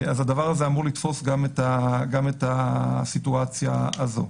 הדבר הזה אמור לתפוס גם את הסיטואציה הזאת.